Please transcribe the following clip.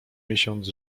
miesiąc